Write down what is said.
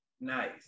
Nice